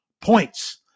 Points